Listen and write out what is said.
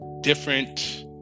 different